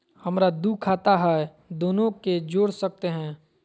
हमरा दू खाता हय, दोनो के जोड़ सकते है?